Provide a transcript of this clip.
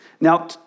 Now